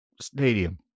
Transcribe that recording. stadium